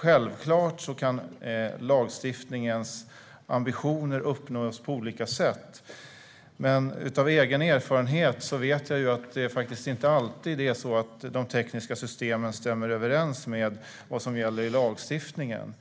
Självklart kan lagstiftarens ambitioner uppnås på olika sätt, men av egen erfarenhet vet jag ju att det inte är alltid som de tekniska systemen stämmer överens med det som gäller i lagstiftningen.